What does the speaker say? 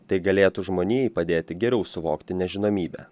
tai galėtų žmonijai padėti geriau suvokti nežinomybę